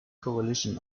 coalition